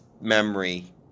memory